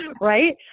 Right